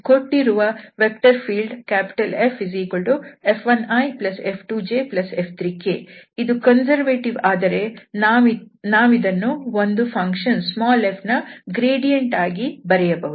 ಕೊಟ್ಟಿರುವ vector field FF1iF2jF3k ಇದು conservative ಆದರೆ ನಾವಿದನ್ನು ಒಂದು ಫಂಕ್ಷನ್ f ನ ಗ್ರೇಡಿಯಂಟ್ ಆಗಿ ಬರೆಯಬಹುದು